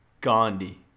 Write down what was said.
Gandhi